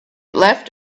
left